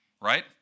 right